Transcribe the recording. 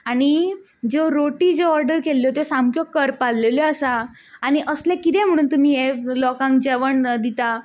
आनी ज्यो रोटी ज्यो ओर्डर केल्ल्यो त्यो सामक्यो करपालेल्यो आसा आनी असलें किदें म्हणून तुमी हें लोकांक जेवण दिता